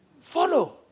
Follow